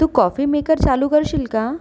तू coffee maker चालू करशील का